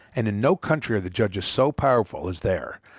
and in no country are the judges so powerful as there,